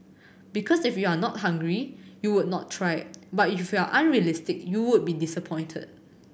because if you are not hungry you would not try but if you are unrealistic you would be disappointed